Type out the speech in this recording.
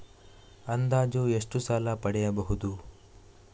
ಅಂದಾಜು ಎಷ್ಟು ಸಾಲ ಪಡೆಯಬಹುದು?